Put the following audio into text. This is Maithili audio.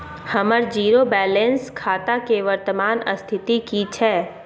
हमर जीरो बैलेंस खाता के वर्तमान स्थिति की छै?